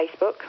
Facebook